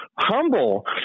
Humble